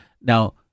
Now